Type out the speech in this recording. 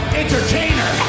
entertainer